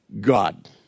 God